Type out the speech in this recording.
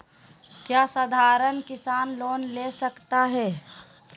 क्या साधरण किसान लोन ले सकता है?